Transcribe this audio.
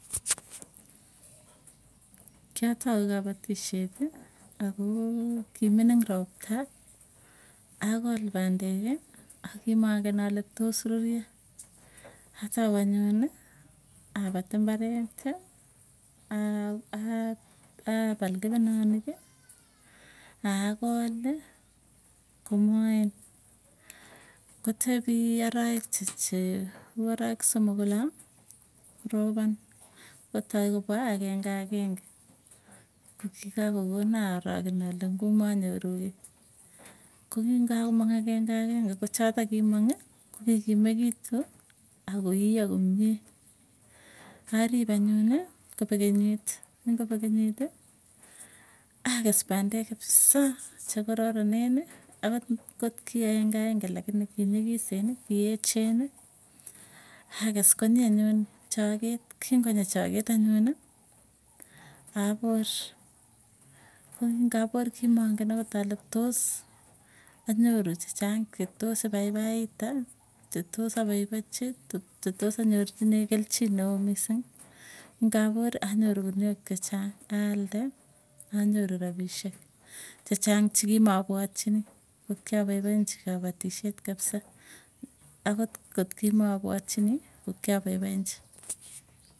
Kiatau kapatisheti akoo kimining ropta akol pandeki, akimangen ale, tos ruryo atau anyuni apat imbareti, aa apal kepenaniki, akoli komoen. Kotepi arawek oloo koropan kotai kopwa agenge agenge kokikako kona arakeno ale nguu manyoruu kiiy. Kokii nga komang ageng'e ageng'e kochotok kimong'i kokikimekitu, akoiyo komie. Arip anyuny kopek kenyit, kingopek kenyiti akes pandek kapsa chekararaneni akot kot ki aenge ageange lakini kinyikiseni kiecheni, akes konyi anyun choket kingonyi choket anyuni apor. Ko kingapor kokimangen akot ale tos anyuru chechang chetos ipaipaita. Chetos apaipachi chetos anyorchinee kelchin neo, misiing kingapor anyoru kuniok chechang alde anyoru rapisyek chechang chikimapwotchini ko kiapapanchi kapatishet kabsa akot kot kimapwatchini ko kiapaipanchi.